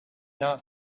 not